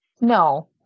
No